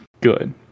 good